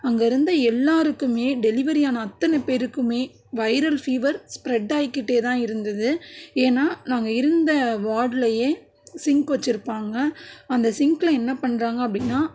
அங்கே இருந்த எல்லாருக்குமே டெலிவரி ஆன அத்தனை பேருக்குமே வைரல் ஃபீவர் ஸ்ப்ரெட் ஆய்க்கிட்டே தான் இருந்துது ஏன்னா நாங்கள் இருந்த வார்டுலயே சிங்க் வச்சுருப்பாங்க அந்த சிங்க்ல என்ன பண்ணுறாங்க அப்படின்னா